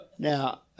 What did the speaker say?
Now